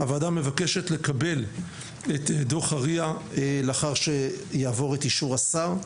הוועדה מבקשת לקבל את דוח ה-RIA לאחר שיעבור את אישור השר.